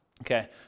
Okay